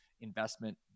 investment